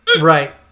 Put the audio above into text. Right